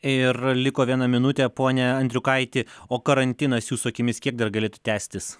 ir liko viena minutė pone andriukaiti o karantinas jūsų akimis kiek dar galėtų tęstis